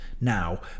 Now